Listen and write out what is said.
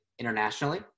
Internationally